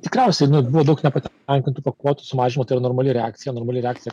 tikriausiai buvo daug nepatenkintų po kvotų sumažino tai yra normali reakcija normali reakcija